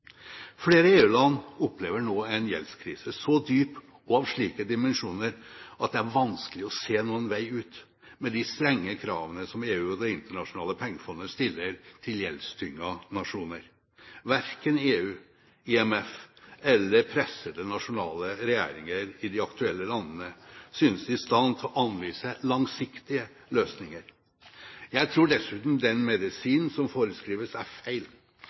Flere EU-land opplever nå en gjeldskrise så dyp og av slike dimensjoner at det er vanskelig å se noen vei ut – med de strenge kravene som EU og Det internasjonale pengefondet stiller til gjeldstyngede nasjoner. Verken EU, IMF eller pressede nasjonale regjeringer i de aktuelle landene synes i stand til å anvise langsiktige løsninger. Jeg tror dessuten den medisinen som foreskrives, er feil.